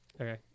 Okay